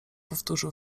powtórzył